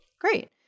Great